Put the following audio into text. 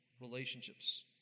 relationships